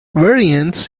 variants